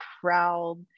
proud